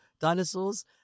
dinosaurs